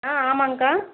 ஆ ஆமாங்கக்கா